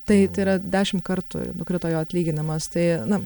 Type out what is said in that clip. tai tai yra dešim kartų nukrito jo atlyginimas tai na